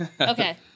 Okay